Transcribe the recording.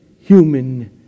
human